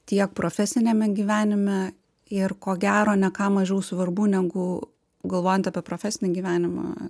tiek profesiniame gyvenime ir ko gero ne ką mažiau svarbu negu galvojant apie profesinį gyvenimą